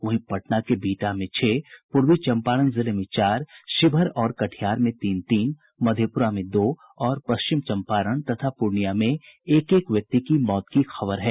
वहीं पटना के बिहटा में छह प्रर्वी चंपारण जिले में चार शिवहर और कटिहार में तीन तीन मधेपुरा में दो और पश्चिम चंपारण तथा पूर्णिया में एक एक व्यक्ति की मौत की खबर है